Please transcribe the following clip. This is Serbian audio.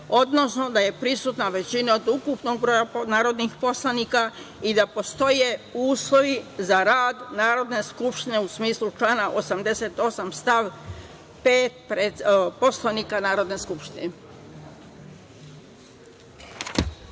odnosno da je prisutna većina od ukupnog broja narodnih poslanika i da postoje uslovi za rad Narodne skupštine, u smislu člana 88. stav 5. Poslovnika Narodne